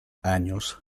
años